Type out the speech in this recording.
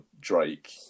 drake